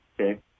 Okay